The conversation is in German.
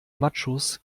machos